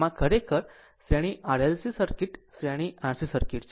આમ આ ખરેખર શ્રેણી RLC સર્કિટ શ્રેણી RC સર્કિટ છે